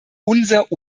unser